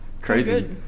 Crazy